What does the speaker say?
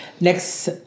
next